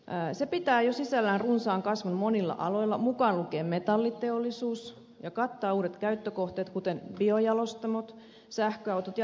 se pitää jo sisällään runsaan kasvun monilla aloilla mukaan lukien metalliteollisuus ja kattaa uudet käyttökohteet kuten biojalostamot sähköautot ja lämpöpumput